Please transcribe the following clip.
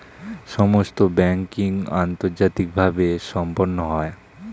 সমস্ত ব্যাংকিং আন্তর্জাতিকভাবে সম্পন্ন হয়